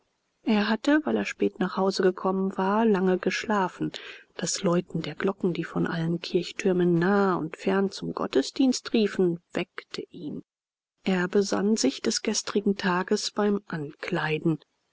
er hatte weil er spät nach hause gekommen war lange geschlafen das läuten der glocken die von allen kirchtürmen nahe und fern zum gottesdienst riefen weckte ihn er besann sich des gestrigen tages beim ankleiden